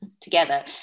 together